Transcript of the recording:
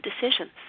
decisions